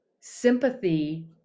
Sympathy